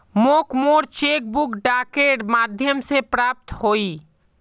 मोक मोर cheque book डाकेर माध्यम से प्राप्त होइए